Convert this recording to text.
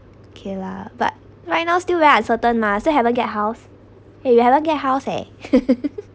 okay lah but right now still very uncertain mah so haven't get house eh you haven't get house eh